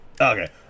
Okay